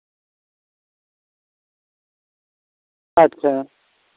ᱟᱪᱪᱷᱟ